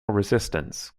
resistance